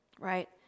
right